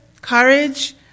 courage